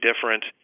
different